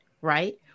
right